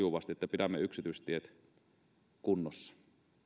sujuvasti että pidämme yksityistiet kunnossa